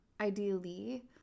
ideally